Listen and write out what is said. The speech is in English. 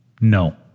No